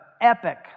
epic